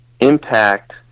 impact